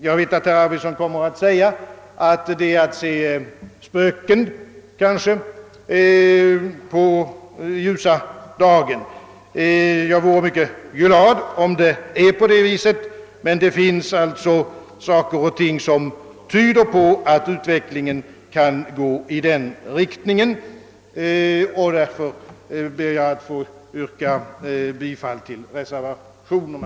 Jag vet att herr Arvidson kommer att säga att detta är att se spöken på ljusa dagen. Jag vore mycket glad om det förhåller sig så, men det finns alltså tecken som tyder på att utvecklingen kan gå i denna riktning. Jag ber därför att få yrka bifall till reservationerna.